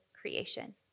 creation